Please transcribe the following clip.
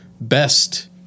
best